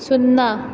सुन्ना